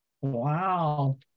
Wow